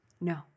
No